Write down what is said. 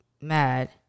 mad